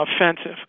offensive